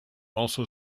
also